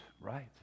right